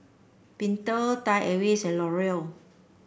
Pentel Thai Airways and L'Oreal